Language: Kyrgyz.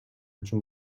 үчүн